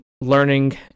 learning